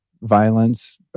violence